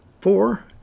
four